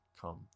come